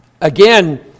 again